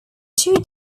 two